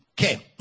Okay